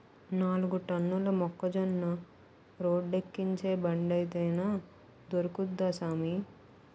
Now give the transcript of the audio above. నాలుగు టన్నుల మొక్కజొన్న రోడ్డేక్కించే బండేదైన దొరుకుద్దా సామీ